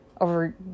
over